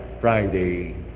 Friday